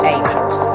Angels